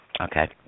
Okay